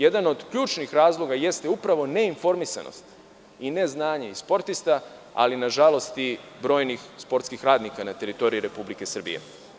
Jedan od ključnih razloga jeste upravo neinformisanost i neznanje i sportista, ali nažalost i brojnih sportskih radnika na teritoriji Republike Srbije.